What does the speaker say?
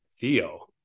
Theo